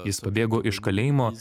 jis pabėgo iš kalėjimo